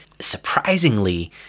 Surprisingly